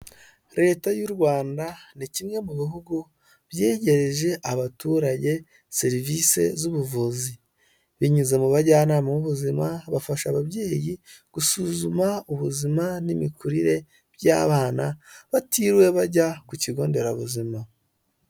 Leta y'u Rwanda ni kimwe mu bihugu byegereje abaturage serivisi z'ubuvuzi binyuze mu bajyanama b'ubuzima bafasha ababyeyi gusuzuma ubuzima n'imikurire by'abana batiriwe bajya ku kigo nderabuzima.